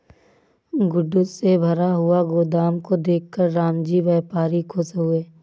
goods से भरा हुआ गोदाम को देखकर रामजी व्यापारी खुश हुए